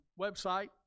website